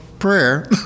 prayer